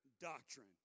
doctrine